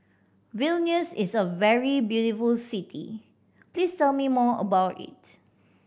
Vilnius is a very beautiful city please tell me more about it